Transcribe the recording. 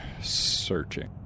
searching